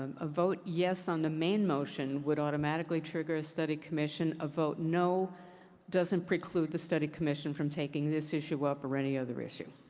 um a vote yes on the main motion would automatically trigger a study commission. a vote no doesn't preclude the study commission from taking this issue up or any other issue.